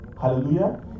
Hallelujah